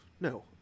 no